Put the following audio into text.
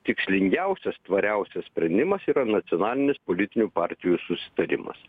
tikslingiausias tvariausias sprendimas yra nacionalinis politinių partijų susitarimas